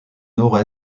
nord